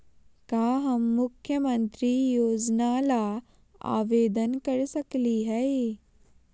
का हम मुख्यमंत्री योजना ला आवेदन कर सकली हई?